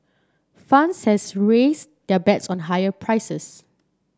funds has raised their bets on higher prices